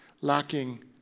lacking